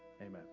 Amen